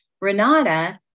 Renata